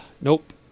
Nope